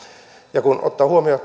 kun ottaa huomioon